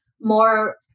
more